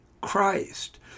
Christ